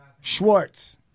Schwartz